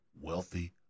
wealthy